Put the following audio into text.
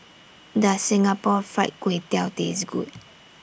Does Singapore Fried Kway Tiao Taste Good